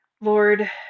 Lord